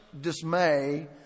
dismay